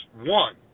one